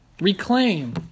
Reclaim